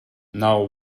now